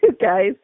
guys